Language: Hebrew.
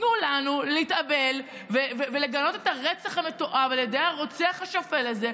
תנו לנו להתאבל ולגנות את הרצח המתועב על ידי הרוצח השפל הזה.